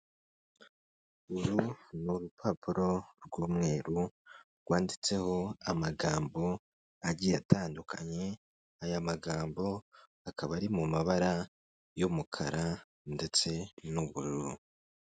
Uru ni urupapuro rw'umweru, rwanditseho amagambo agiye atandukanye, aya magambo akaba ari mu mabara y'umukara ndetse n'ubururu.